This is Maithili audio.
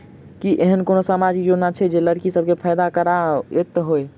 की एहेन कोनो सामाजिक योजना छै जे लड़की सब केँ फैदा कराबैत होइ?